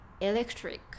electric